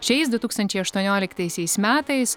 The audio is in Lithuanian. šiais du tūkstančiai aštuonioliktaisiais metais